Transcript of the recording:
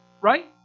Right